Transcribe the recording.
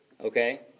Okay